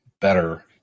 better